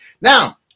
Now